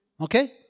okay